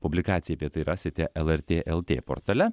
publikacija apie tai rasite lrt lt portale